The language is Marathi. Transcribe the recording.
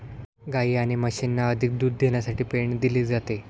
गायी आणि म्हशींना अधिक दूध देण्यासाठी पेंड दिली जाते